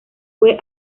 fue